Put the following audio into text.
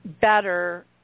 better